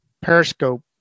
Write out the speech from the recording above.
Periscope